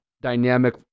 dynamic